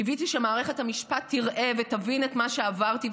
קיוויתי שמערכת המשפט תראה ותבין את מה שעברתי,